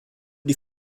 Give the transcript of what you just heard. die